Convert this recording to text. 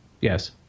Yes